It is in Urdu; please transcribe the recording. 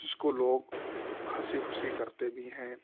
جس کو لوگ ہنسی خوشی کرتے بھی ہیں